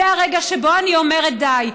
זה הרגע שבו אני אומרת: די.